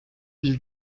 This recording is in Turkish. bir